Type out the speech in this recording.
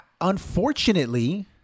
Unfortunately